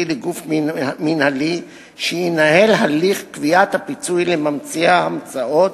לגוף מינהלי שינהל את הליך קביעת הפיצוי לממציאי האמצאות